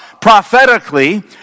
prophetically